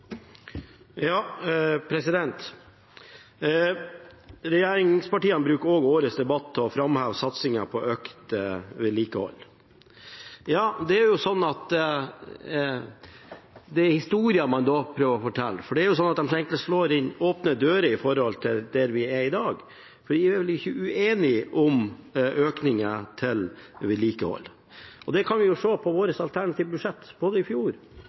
er slik at det er en historie man prøver å fortelle. Dette slår inn åpne dører sett i forhold til der vi er i dag, for vi er vel ikke uenige om økningen til vedlikehold. Det kan en se på vårt alternative budsjett, både i fjor